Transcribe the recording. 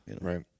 Right